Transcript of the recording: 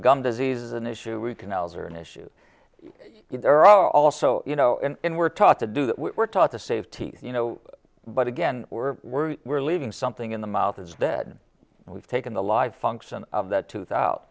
gum disease is an issue we canals are an issue there also you know and were taught to do that we were taught to save teeth you know but again we're we're we're leaving something in the mouth is that we've taken the life function of that